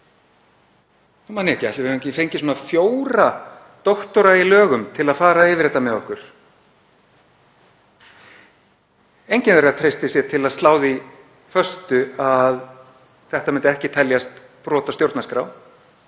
nú man ég ekki — ætli við höfum fengið svona fjóra doktora í lögum til að fara yfir þetta með okkur? Ekkert þeirra treystir sér til að slá því föstu að þetta myndi ekki teljast brot á stjórnarskrá.